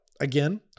again